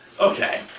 Okay